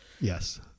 Yes